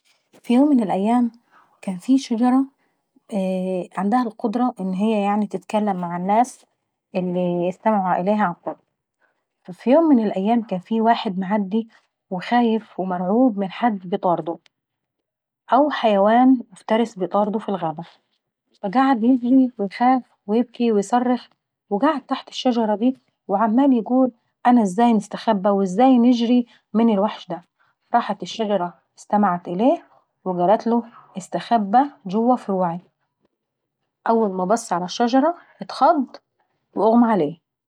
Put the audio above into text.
في يوم من الأيام كان في موسيقار يعشق التلحين في الغبات وكان معاه كوخ في الغابة، وفي مرة كان قاعد سهران فسمع لحن غامض المصدر جاي من ناحية الغابة. قام يتفقد المكان ويشوف مين بيعزف اللحن الغامض دا ملقاش حد. ولكنه كان لسة سامع صوت اللحن بيقرب منه ويبعد وفجأة اكتشف نه لوحده في الغابة واللي بيلحن دا كان اشباح الغابة.